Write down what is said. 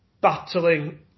battling